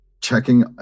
Checking